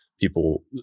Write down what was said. people